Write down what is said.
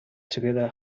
together